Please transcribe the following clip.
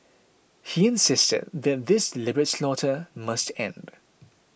he insisted that this deliberate slaughter must end